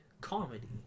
Comedy